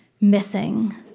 missing